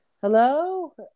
hello